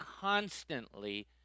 constantly